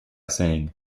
saying